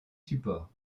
supports